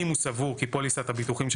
אם הוא סבור כי פוליסת הביטוחים של